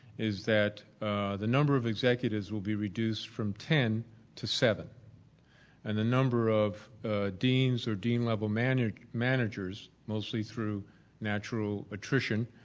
is that the number of executives will be reduced from ten to seven and the number of deans or dean level managers, mostly through natural attrition,